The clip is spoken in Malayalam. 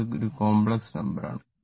ഇത് ഒരു കോംപ്ലക്സ് നമ്പർ ആണ്